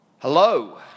Hello